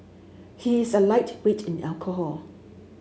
he is a lightweight in alcohol